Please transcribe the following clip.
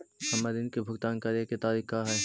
हमर ऋण के भुगतान करे के तारीख का हई?